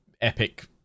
epic